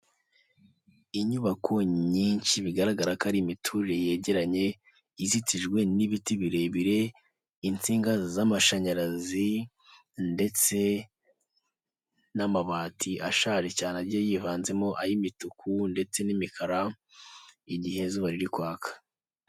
Inyubako nyinshi bigaragara ko ari imiturire yegeranye, izitijwe n'ibiti birebire insinga z'amashanyarazi ndetse n'amabati ashaje cyane agiye yivanzemo ay'imituku ndetse n'imikara igihe izuba riri kwaka.